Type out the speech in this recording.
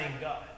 God